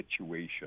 situation